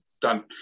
done